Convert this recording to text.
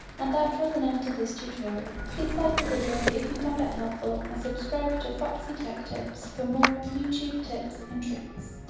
and that draws an end to this tutorial. please like the video if you found it helpful, and subscribe to foxy tech tips for more youtube tips and tricks!